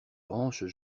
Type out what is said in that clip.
branches